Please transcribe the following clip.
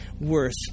worth